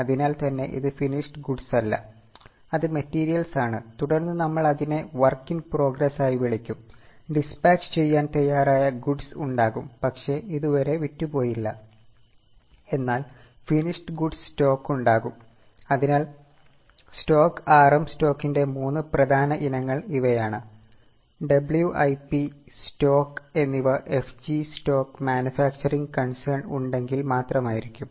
അതിനാൽ തന്നെ ഇത് ഫിനിഷ്ഡ് ഗുഡ്സ് അല്ല അത് മെറ്റിരിയൽസ് ആണ് തുടർന്ന് നമ്മൾ അതിനെ വർക്ക് ഇൻ പ്രോഗ്രസ് എന്നും വിളിക്കാം